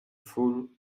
fool